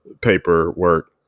paperwork